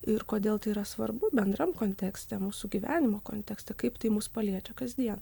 ir kodėl tai yra svarbu bendram kontekste mūsų gyvenimo kontekste kaip tai mus paliečia kasdien